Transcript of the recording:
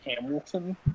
Hamilton